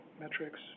metrics